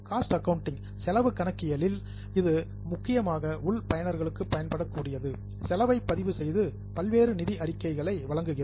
cost accounting செலவு கணக்கியலில் இது முக்கியமாக உன் பயனர்களுக்கு பயன்படக்கூடியது செலவை பதிவு செய்து பல்வேறு நிதி அறிக்கைகளை வழங்குகிறோம்